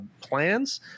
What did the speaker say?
plans